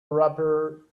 wrapper